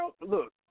Look